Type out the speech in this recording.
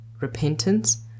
repentance